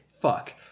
fuck